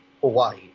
Hawaii